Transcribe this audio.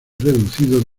reducido